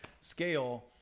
scale